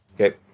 Okay